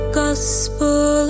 gospel